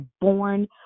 born